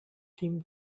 tim